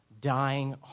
dying